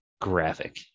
graphic